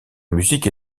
musique